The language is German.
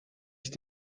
ich